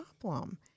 problem